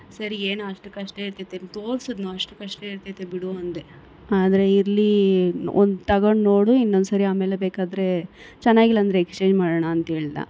ಸರಿ ಏನೋ ಅಷ್ಟಕ್ಕಷ್ಟೇ ಇರ್ತೈತೆ ತೋರಿಸಿದ್ನೋ ಅಷ್ಟಕಷ್ಟೇ ಇರ್ತೈತೆ ಬಿಡು ಅಂದೆ ಆದರೆ ಇರಲಿ ಒಂದು ತಗೊಂಡ್ ನೋಡು ಇನ್ನೊಂದ್ಸರಿ ಆಮೇಲೆ ಬೇಕಾದರೆ ಚೆನ್ನಾಗಿಲ್ಲ ಅಂದರೆ ಎಕ್ಸ್ಚೇಂಜ್ ಮಾಡೋಣ ಅಂತೇಳಿದ